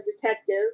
detective